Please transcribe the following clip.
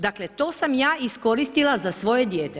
Dakle, to sam ja iskoristila za svoje dijete.